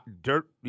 dirt